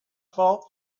fault